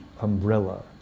umbrella